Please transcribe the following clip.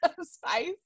spice